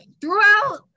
throughout